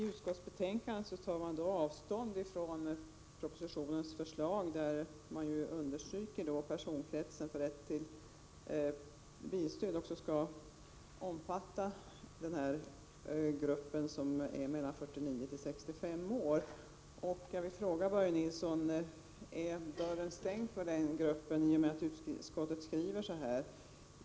Herr talman! Utskottet tar avstånd från propositionens förslag, där man ju understryker att personkretsen för rätt till bilstöd också skall omfatta gruppen 49-65 år. Jag vill fråga Börje Nilsson: Är dörren stängd för den gruppen i och med att utskottet skriver som det gör?